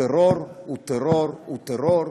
טרור הוא טרור הוא טרור,